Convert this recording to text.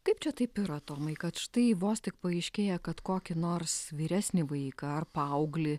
kaip čia taip yra tomai kad štai vos tik paaiškėja kad kokį nors vyresnį vaiką ar paauglį